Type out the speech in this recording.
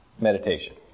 meditation